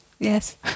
Yes